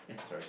eh sorry